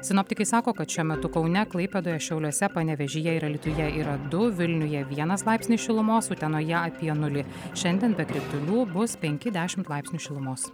sinoptikai sako kad šiuo metu kaune klaipėdoje šiauliuose panevėžyje ir alytuje yra du vilniuje vienas laipsnis šilumos utenoje apie nulį šiandien be kritulių bus penki dešimt laipsnių šilumos